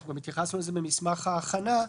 וגם התייחסנו לזה במסמך ההכנה,